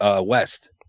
west